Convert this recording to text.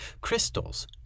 crystals